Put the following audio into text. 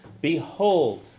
behold